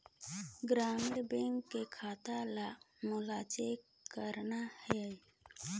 ग्रामीण बैंक के खाता ला मोला चेक करना हे?